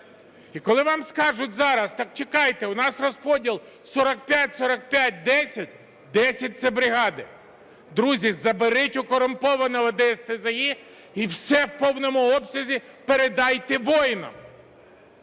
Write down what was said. І коли вам скажуть зараз, так чекайте, у нас розподіл 45/45/10, 10 – це бригади. Друзі, заберіть у корумпованого ДССЗЗІ і все в повному обсязі передайте воїнам.